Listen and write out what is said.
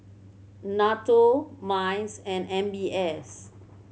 NATO MICE and M B S